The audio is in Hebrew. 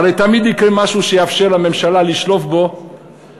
הרי תמיד יקרה משהו שיאפשר לממשלה לשלוף את דגל